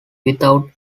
without